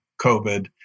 COVID